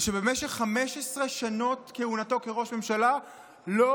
ושבמשך 15 שנות כהונתו כראש ממשלה לא